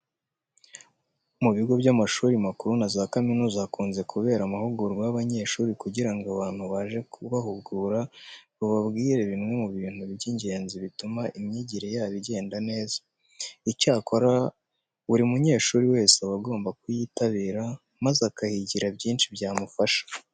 Mu bigo by'amashuri makuru na za kaminuza, hakunze kubera amahugurwa y'abanyeshuri kugira ngo abantu baje kubahugura bababwire bimwe mu bintu by'ingenzi bizatuma imyigire yabo igenda neza. Icyakora buri munyeshuri wese aba agomba kuyitabira maze akahigira byinshi byamufasha.